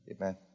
Amen